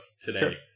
today